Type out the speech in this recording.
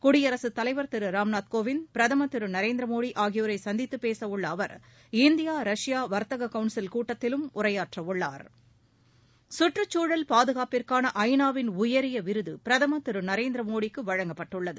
குடியரசு தலைவர் திரு ராம்நாத் கோவிந்த் பிரதமர் திரு நரேந்திர மோடி ஆகியோரை சந்தித்துப் பேச உள்ள அவர் இந்தியா ரஷ்யா வர்த்தக கவுன்சில் கூட்டத்திலும் உரையாற்ற உள்ளார் சுற்றுச்சூழல் பாதுகாப்பிற்கான ஐநாவின் உயரிய விருது பிரதமர் திரு நரேந்திர மோடிக்கு நேற்று வழங்கப்பட்டது